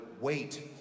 wait